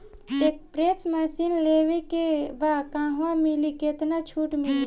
एक spray machine लेवे के बा कहवा मिली केतना छूट मिली?